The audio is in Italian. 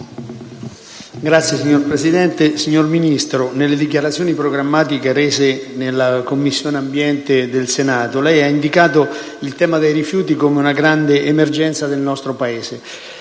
MORGONI *(PD)*. Signor Ministro, nelle dichiarazioni programmatiche rese alla Commissione ambiente del Senato, lei ha indicato il tema dei rifiuti come una grande emergenza del nostro Paese.